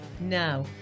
Now